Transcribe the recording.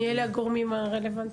מי אלה הגורמים הרלוונטיים?